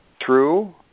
True